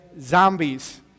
Zombies